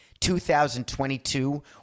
2022